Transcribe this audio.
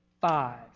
Five